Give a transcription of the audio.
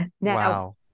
Wow